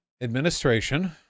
administration